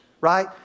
right